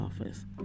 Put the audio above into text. office